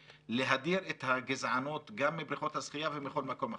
ולהדיר את הגזענות גם מבריכות השחייה ומכל מקום אחר.